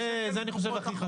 לא מחזקים אותו.